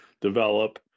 develop